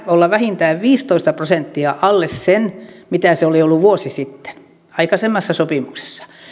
olla vähintään viisitoista prosenttia alle sen mitä se oli ollut vuosi sitten aikaisemmassa sopimuksessa